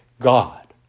God